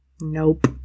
Nope